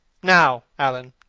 now, alan,